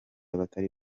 abatari